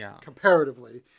comparatively